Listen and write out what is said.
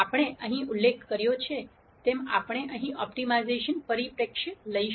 આપણે અહીં ઉલ્લેખ કર્યો છે તેમ આપણે અહીં ઓપ્ટિમાઇઝેશન પરિપ્રેક્ષ્ય લઈશું